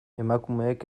emakumeek